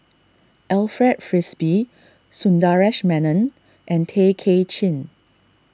Alfred Frisby Sundaresh Menon and Tay Kay Chin